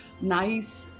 nice